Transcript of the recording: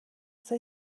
they